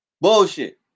bullshit